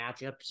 matchups